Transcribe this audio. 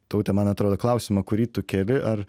taute man atrodo klausimą kurį tu keli ar